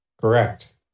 Correct